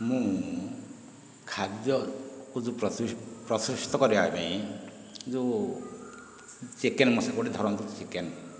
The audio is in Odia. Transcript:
ମୁଁ ଖାଦ୍ୟକୁ ପ୍ରସ୍ତୁତ କରିବା ପାଇଁ ଯେଉଁ ଚିକେନ ମସଲା ଗୁଡ଼ିକ ଧରନ୍ତୁ ଚିକେନ